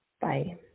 Bye